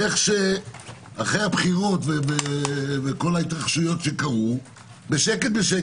אחרי הבחירות בשקט-בשקט,